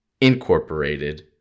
Incorporated